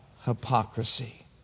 hypocrisy